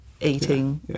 eating